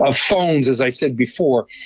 ah phones as i said before,